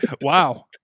wow